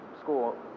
school